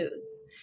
foods